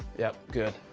yeah, good.